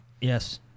Yes